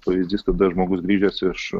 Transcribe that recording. pavyzdys kada žmogus grįžęs iš